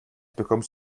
bekommst